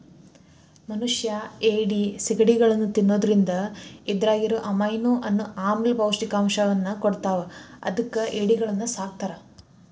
ಮನಷ್ಯಾ ಏಡಿ, ಸಿಗಡಿಗಳನ್ನ ತಿನ್ನೋದ್ರಿಂದ ಇದ್ರಾಗಿರೋ ಅಮೈನೋ ಅನ್ನೋ ಆಮ್ಲ ಪೌಷ್ಟಿಕಾಂಶವನ್ನ ಕೊಡ್ತಾವ ಅದಕ್ಕ ಏಡಿಗಳನ್ನ ಸಾಕ್ತಾರ